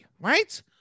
right